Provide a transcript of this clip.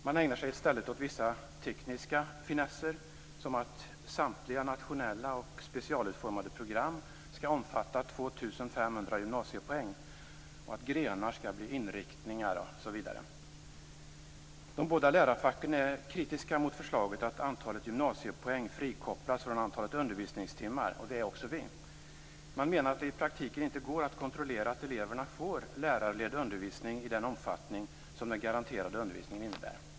Man ägnar sig i stället åt vissa tekniska finesser, som att samtliga nationella och specialutformade program skall omfatta 2 500 gymnasiepoäng, att grenar skall kallas inriktningar osv. De båda lärarfacken är kritiska mot förslaget om att antalet gymnasiepoäng skall frikopplas från antalet undervisningstimmar; det är också vi. De menar att det i praktiken inte går att kontrollera att eleverna får lärarledd undervisning i den omfattning som den garanterade undervisningen innebär.